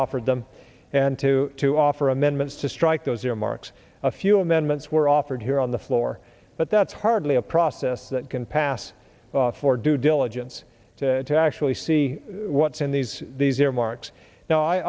offered them and two to offer amendments to strike those earmarks a few amendments were offered here on the floor but that's hardly a process that can pass for due diligence to to actually see what's in these these earmarks no